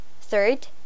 Third